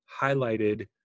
highlighted